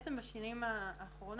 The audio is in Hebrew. זה אחרת אם יצא חוזר מנכ"ל.